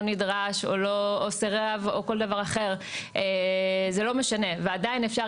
נדרש או לא סירב או כל דבר אחר ועדיין אפשר